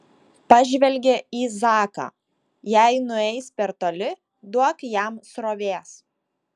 pažvelgė į zaką jei nueis per toli duok jam srovės